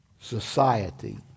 society